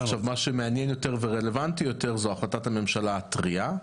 מה שמעניין יותר ורלוונטי יותר היא החלטת הממשלה הטריה.